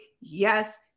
Yes